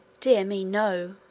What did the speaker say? dear me, no!